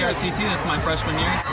is my freshman year.